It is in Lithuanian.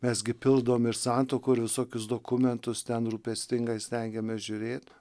mes gi pildom ir santuokų ir visokius dokumentus ten rūpestingai stengiamės žiūrėt